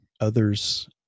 others